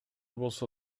болсо